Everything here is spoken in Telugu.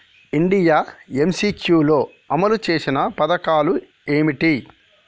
ఇండియా ఎమ్.సి.క్యూ లో అమలు చేసిన పథకాలు ఏమిటి?